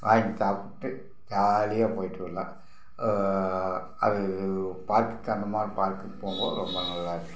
வாங்கி சாப்பிட்டு ஜாலியாக போய்விட்டு வரலாம் அது பார்க்குக்கு அந்த மாரி பார்க்குக்கு போகும்போது ரொம்ப நல்லா இருக்கும்